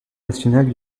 national